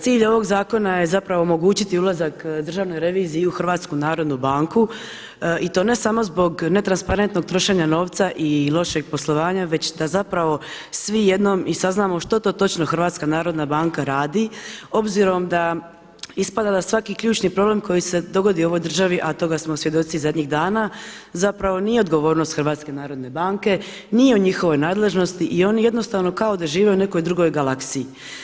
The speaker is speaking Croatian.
Cilj ovog zakona je omogućiti ulazak Državnoj reviziji u HNB i to ne samo zbog netransparentnog trošenja novca i lošeg poslovanja, već da svi jednom saznamo što to točno HNB radi, obzirom da ispada da svaki ključni problem koji se dogodi u ovoj državi, d a toga smo svjedoci zadnjih dana zapravo nije odgovornost HNB-a, nije u njihovoj nadležnosti i oni jednostavno kao da žive u nekoj drugoj galaksiji.